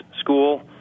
School